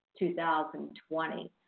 2020